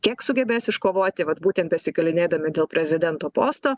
kiek sugebės iškovoti vat būtent besigalinėdami dėl prezidento posto